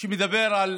שמדבר על